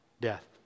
death